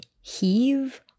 heave